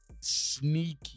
sneaky